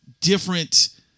different